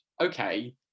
okay